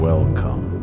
Welcome